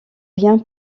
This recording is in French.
rien